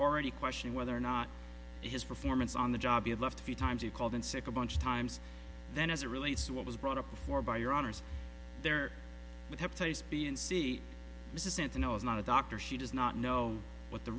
already question whether or not his performance on the job you left a few times you called in sick a bunch of times then as it relates to what was brought up before by your honour's there with hepatitis b and c this isn't a no it's not a doctor she does not know what the